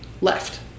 left